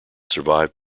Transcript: survived